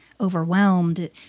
overwhelmed